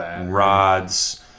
rods